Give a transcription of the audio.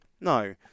No